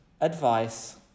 advice